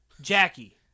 Jackie